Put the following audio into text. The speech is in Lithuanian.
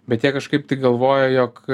bet jie kažkaip tai galvojo jog